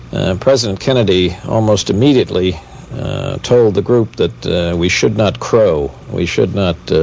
president kennedy almost immediately told the group that we should not crow. we should not